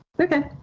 Okay